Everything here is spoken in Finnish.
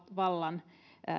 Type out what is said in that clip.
vallan